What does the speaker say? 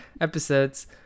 episodes